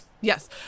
Yes